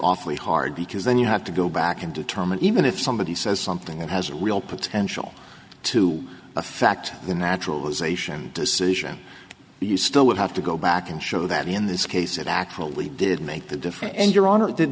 awfully hard because then you have to go back and determine even if somebody says something that has real potential to affect the naturalization decision but you still would have to go back and show that in this case it actually did make the difference and your honor tha